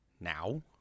now